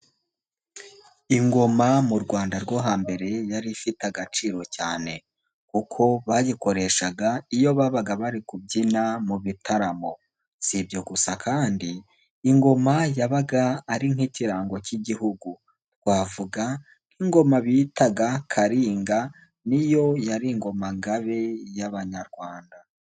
Ingoma mu Rwanda rwo hambere yari ifite agaciro cyane, kuko bayikoreshaga iyo babaga bari kubyina mu bitaramo, si ibyo gusa kandi ingoma yabaga ari nk'ikirango cy'Igihugu, twavuga nk'ingoma bitaga Karinga, ni yo yari ingoma ngabe y'Abanyarwanda.